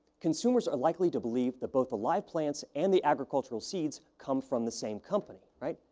consumers are likely to believe that both the live plants and the agricultural seeds come from the same company, right?